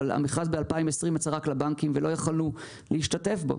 אבל המכרז ב-2020 יצא רק לבנקים ולא יכולנו להשתתף בו.